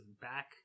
back